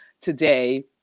today